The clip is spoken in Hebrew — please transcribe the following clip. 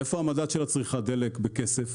איפה המדד של צריכת דלק בכסף?